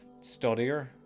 studier